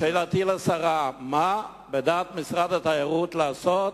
שאלתי לשרה: מה בדעת משרד התיירות לעשות